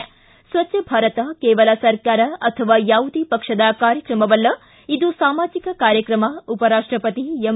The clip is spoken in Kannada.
ಿ ಸ್ವಚ್ನಭಾರತ ಕೇವಲ ಸರ್ಕಾರ ಅಥವಾ ಯಾವುದೇ ಪಕ್ಷದ ಕಾರ್ಯಕ್ರಮವಲ್ಲ ಇದು ಸಾಮಾಜಿಕ ಕಾರ್ಯಕ್ರಮ ಉಪರಾಷ್ಟಪತಿ ಎಂ